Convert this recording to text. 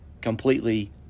completely